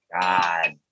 God